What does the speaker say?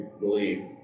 believe